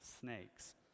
snakes